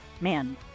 man